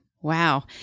Wow